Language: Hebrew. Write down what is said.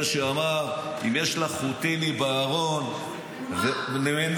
זה שאמר: אם יש לה חוטיני בארון --- מנומר.